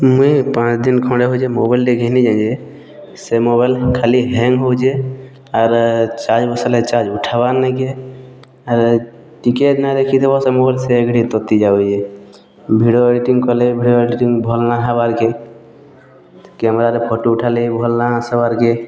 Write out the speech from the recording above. ମୁଇଁ ପାଞ୍ଚଦିନ ଖଣ୍ଡେ ହେଉଛି ମୋବାଇଲ୍ଟେ ଘିନି ଯାଇଛେ ସେ ମୋବାଇଲ୍ ଖାଲି ହ୍ୟାଙ୍ଗ୍ ହେଉଛେ ଆର୍ ଚାର୍ଜ୍ ବସାଲେ ଚାର୍ଜ୍ ଉଠାବାର୍ ନାଇଁ କି ଆର୍ ଟିକେ ନାଇଁ ଦେଖିଥିବ ସବୁବେଲେ ସେ ତାତି ଯାଉଛି ଭିଡ଼ିଓ ଏଡ଼ିଟିଂ କଲେ ଭିଡ଼ିଓ ଏଡ଼ିଟିଂ ଭଲ୍ ନାଇଁ ହବାର୍ କେ କ୍ୟାମେରାରେ ଫଟୋ ଉଠାଲେ ଭଲ୍ ନାଇଁ ଆସବାର୍ କେ